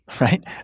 right